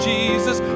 Jesus